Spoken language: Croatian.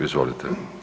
Izvolite.